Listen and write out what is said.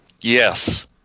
Yes